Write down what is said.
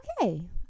Okay